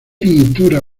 pintura